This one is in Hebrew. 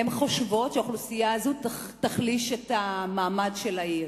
הן חושבות שהאוכלוסייה הזאת תחליש את המעמד של העיר,